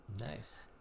nice